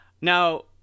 Now